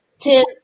ten